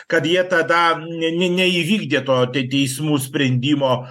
kad jie tada ne ne neįvykdė to teismų sprendimo